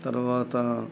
తర్వాత